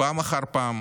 פעם אחר פעם